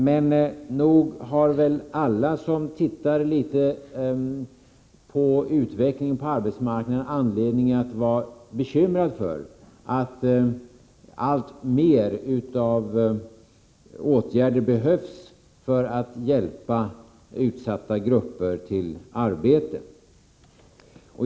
Men nog har väl alla som följer utvecklingen på arbetsmarknaden anledning att vara bekymrade för att alltmer av åtgärder behövs för att hjälpa utsatta grupper till arbete.